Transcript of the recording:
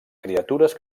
criatures